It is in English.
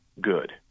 good